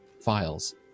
files